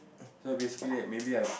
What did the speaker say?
so basically like maybe I'm